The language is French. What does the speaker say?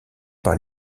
par